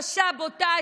קשה ובוטה.